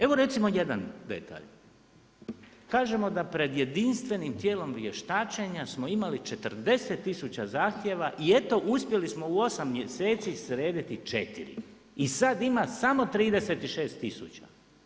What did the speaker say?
Evo recimo jedan detalj, kažemo da pred jedinstvenim tijelom vještačenja smo imali 40 tisuća zahtjeva i eto uspjeli smo u osam mjeseci srediti četiri i sada ima samo 36 tisuća.